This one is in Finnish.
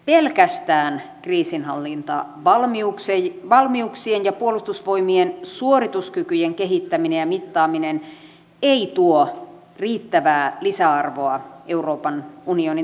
pelkästään kriisinhallintavalmiuksien ja puolustusvoimien suorituskykyjen kehittäminen ja mittaaminen ei tuo riittävää lisäarvoa euroopan unionin taisteluosastojärjestelmälle